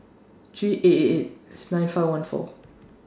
three eight eight eight nine five one four